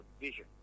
vision